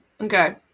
Okay